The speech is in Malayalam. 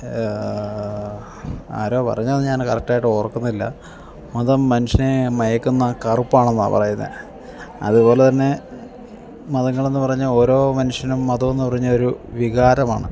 ആരോ പറഞ്ഞതെന്ന് ഞാൻ കറക്റ്റായിട്ട് ഓർക്കുന്നില്ല മതം മനുഷ്യനെ മയക്കുന്ന കറുപ്പാണെന്നാണ് പറയുന്നത് അതുപോലെ തന്നെ മതങ്ങളെന്നു പറഞ്ഞാൽ ഓരോ മനുഷ്യനും മതമെന്നു പറഞ്ഞാൽ ഒരു വികാരമാണ്